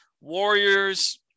Warriors